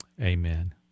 amen